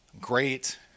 great